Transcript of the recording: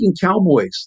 cowboys